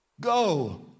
go